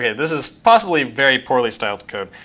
yeah this is possibly very poorly styled code.